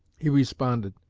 he responded,